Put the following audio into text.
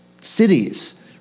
cities